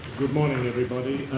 good morning, everybody.